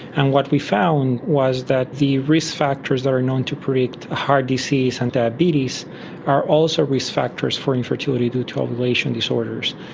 and what we found was that the risk factors that are known to predict heart disease and diabetes are also risk factors for infertility due to ovulation disorders.